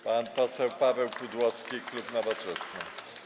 Pan poseł Paweł Pudłowski, klub Nowoczesna.